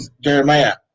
Jeremiah